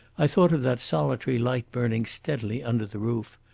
i thought of that solitary light burning steadily under the roof.